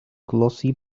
glossy